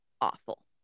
awful